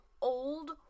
old